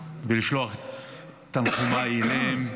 לשלוח תנחומיי אליהם,